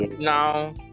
now